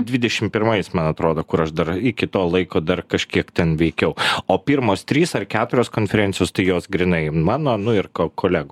dvidešim pirmais man atrodo kur aš dar iki to laiko dar kažkiek ten veikiau o pirmos trys ar keturios konferencijos tai jos grynai mano nu ir kolegų